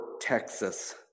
Texas